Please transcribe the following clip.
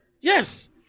Yes